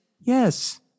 Yes